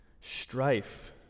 strife